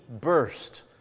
burst